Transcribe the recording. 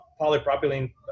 polypropylene